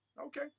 okay